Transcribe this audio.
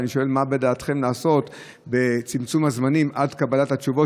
אני שואל מה בדעתכם לעשות לצמצום הזמנים עד קבלת התשובות,